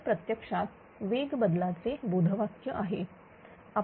तर हे प्रत्यक्षात वेग बदलाचे बोधवाक्य आहे